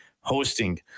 hosting